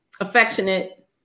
Affectionate